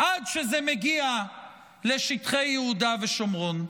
עד שזה מגיע לשטחי יהודה ושומרון.